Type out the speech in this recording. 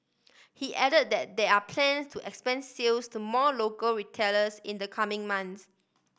he add that there are plans to expand sales to more local retailers in the coming months